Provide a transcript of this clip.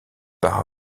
par